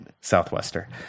southwester